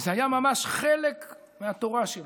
וזה היה ממש חלק מהתורה שלו,